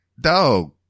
dog